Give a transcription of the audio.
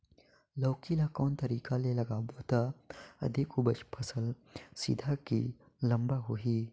लौकी ल कौन तरीका ले लगाबो त अधिक उपज फल सीधा की लम्बा होही?